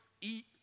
eat